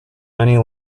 many